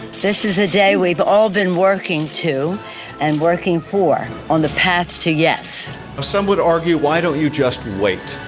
this is your ah day we've all been working to and working for on the path to yes some would argue, why don't you just wait?